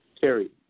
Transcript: Terry